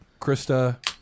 Krista